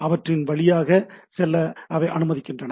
அவற்றின் வழியாக செல்ல அவை அனுமதிக்கின்றன